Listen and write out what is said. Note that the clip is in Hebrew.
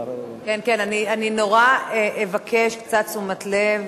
אפשר, כן, כן, אני נורא אבקש קצת תשומת-לב.